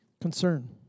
Concern